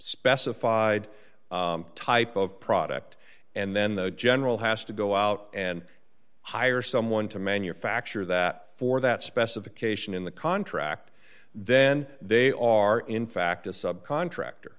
specified type of product and then the general has to go out and hire someone to manufacture that for that specification in the contract then they are in fact a subcontractor